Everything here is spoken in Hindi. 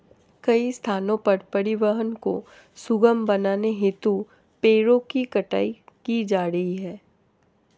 कई स्थानों पर परिवहन को सुगम बनाने हेतु पेड़ों की कटाई की जा रही है